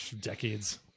decades